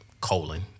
colon